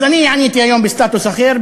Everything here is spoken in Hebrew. אז אני עניתי היום בסטטוס אחר,